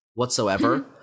whatsoever